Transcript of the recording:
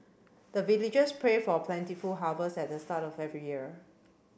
the villagers pray for plentiful harvest at the start of every year